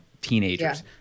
teenagers